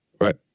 Right